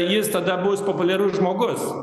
jis tada bus populiarus žmogus